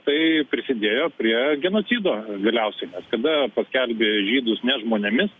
tai prisidėjo prie genocido galiausiai kada paskelbė žydus ne žmonėmis